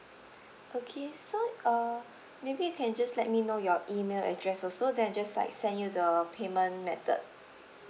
okay so uh maybe you can just let me know your email address also then just like send you the payment method